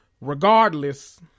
Regardless